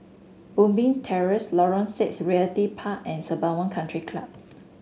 Moonbeam Terrace Lorong Six Realty Park and Sembawang Country Club